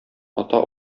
ата